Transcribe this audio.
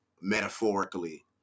Metaphorically